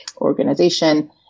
organization